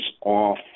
off